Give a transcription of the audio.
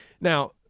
now